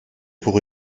pour